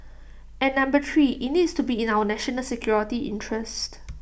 and number three IT needs to be in our national security interests